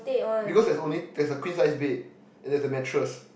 because there's only there's a queen sized bed and there's a mattress